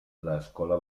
l’escola